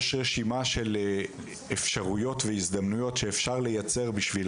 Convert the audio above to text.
יש רשימה של אפשרויות והזדמנויות שאפשר לייצר בשביל